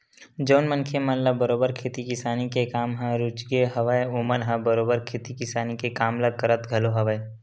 जउन मनखे मन ल बरोबर खेती किसानी के काम ह रुचगे हवय ओमन ह बरोबर खेती किसानी के काम ल करत घलो हवय